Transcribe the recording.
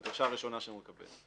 הדרישה הראשונה שהוא מקבל,